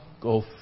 go